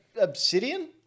Obsidian